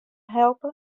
helpe